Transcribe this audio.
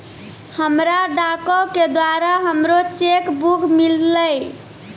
हमरा डाको के द्वारा हमरो चेक बुक मिललै